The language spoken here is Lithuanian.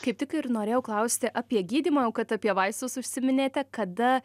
kaip tik ir norėjau klausti apie gydymą jau kad apie vaistus užsiminėte kada